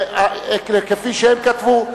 כפי שהם כתבו,